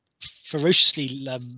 ferociously